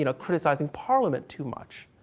you know criticizing parliament too much.